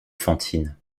fantine